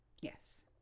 Yes